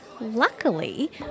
Luckily